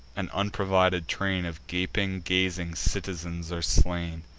an unprovided train of gaping, gazing citizens are slain.